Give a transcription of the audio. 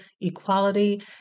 equality